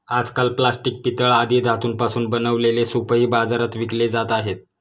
आजकाल प्लास्टिक, पितळ आदी धातूंपासून बनवलेले सूपही बाजारात विकले जात आहेत